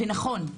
ונכון,